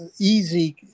easy